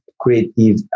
creative